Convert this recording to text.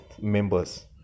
members